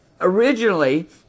originally